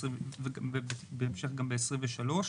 ובהמשך גם ל-2023.